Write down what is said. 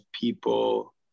people